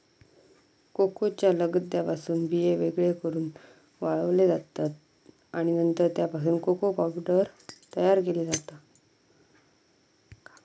कोकोच्या लगद्यापासून बिये वेगळे करून वाळवले जातत आणि नंतर त्यापासून कोको पावडर तयार केली जाता